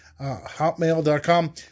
Hotmail.com